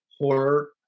horror